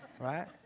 Right